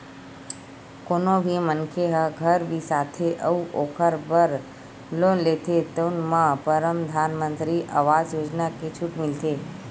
कोनो भी मनखे ह घर बिसाथे अउ ओखर बर लोन लेथे तउन म परधानमंतरी आवास योजना के छूट मिलथे